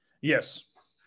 Yes